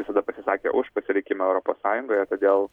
visada pasisakė už pasilikimą europos sąjungoje todėl